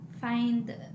find